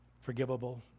forgivable